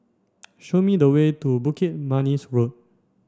show me the way to Bukit Manis Road